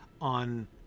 on